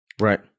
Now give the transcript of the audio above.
right